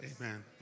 Amen